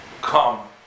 come